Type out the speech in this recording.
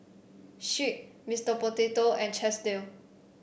Schick Mr Potato and Chesdale